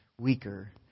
weaker